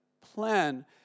plan